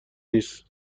نیست